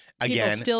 again